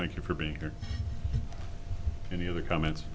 thank you for being here any of the comments